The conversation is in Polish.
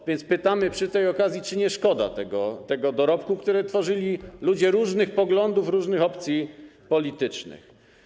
A więc pytamy przy tej okazji: Czy nie szkoda tego dorobku, który tworzyli ludzie różnych poglądów, różnych opcji politycznych?